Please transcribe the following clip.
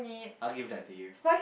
I'll give that to you